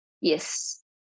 Yes